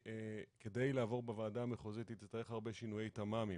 שכדי לעבור בוועדה המחוזית היא תצטרך הרבה י תמ"מים,